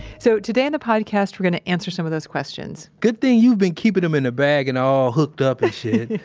so, today on the podcast, we're going to answer some of those questions good thing you've been keeping em in a bag and all hooked up and shit.